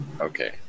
Okay